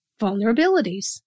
vulnerabilities